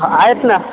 आहेत ना